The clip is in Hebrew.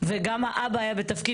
וגם האבא היה בתפקיד,